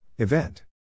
Event